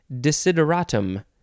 desideratum